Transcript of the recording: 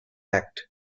act